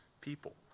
people